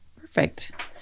Perfect